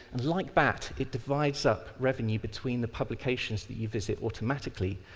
like bat, it divides up revenue between the publications that you visit automatically,